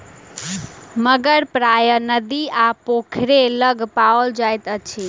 मगर प्रायः नदी आ पोखैर लग पाओल जाइत अछि